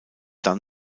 dann